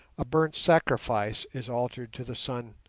a burnt sacrifice is offered to the sun,